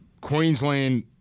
Queensland